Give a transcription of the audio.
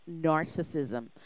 narcissism